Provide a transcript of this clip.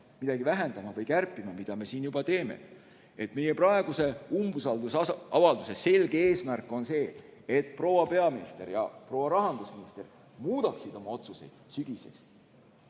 midagi vähendama või kärpima, mida me juba teeme. Meie umbusaldusavalduse selge eesmärk on see, et proua peaminister ja proua rahandusminister muudaksid sügiseks